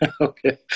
Okay